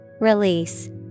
Release